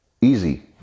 easy